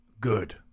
Good